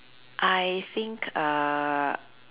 I think uh